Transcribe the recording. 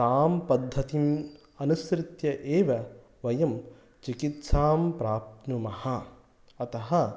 तां पद्धतिम् अनुसृत्य एव वयं चिकित्सां प्राप्नुमः अतः